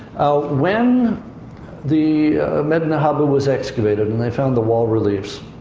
when the medinet habu was excavated and they found the wall reliefs,